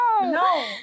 No